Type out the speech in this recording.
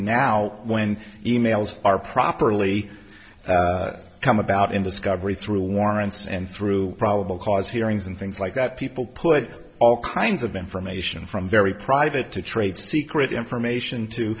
now when emails are properly come about in discovery through warrants and through probable cause hearings and things like that people put all kinds of information from very private to trade secret information to